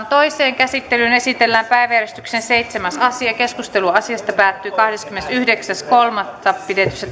toiseen käsittelyyn esitellään päiväjärjestyksen seitsemäs asia keskustelu asiasta päättyi kahdeskymmenesyhdeksäs kolmatta kaksituhattakuusitoista pidetyssä